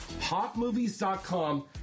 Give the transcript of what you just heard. HotMovies.com